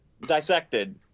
dissected